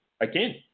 Again